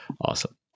awesome